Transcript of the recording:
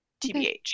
tbh